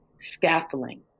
scaffolding